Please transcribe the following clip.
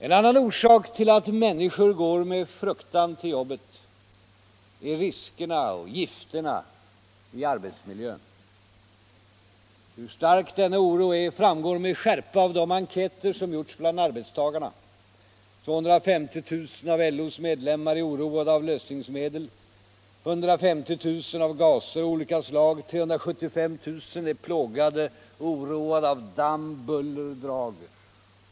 En annan orsak till att människor går med fruktan till jobbet är riskerna och gifterna i arbetsmiljön. Hur stark denna oro är framgår med skärpa av de enkäter som gjorts bland arbetstagarna. 250 000 av LO:s medlemmar är oroade av lösningsmedel, 150 000 av gaser av olika slag, 375 000 är "plågade och oroade av damm, buller, drag.